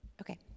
Okay